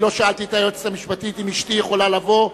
לא שאלתי את היועצת המשפטית אם אשתי יכולה לבוא,